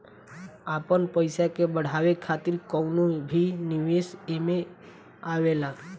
आपन पईसा के बढ़ावे खातिर कवनो भी निवेश एमे आवेला